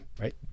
right